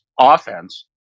offense